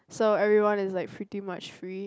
so everyone is like freaking much free